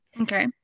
Okay